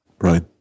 right